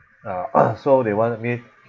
ah so they want me